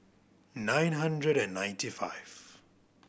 nine hundred and ninety five